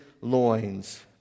loins